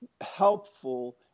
helpful